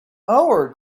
our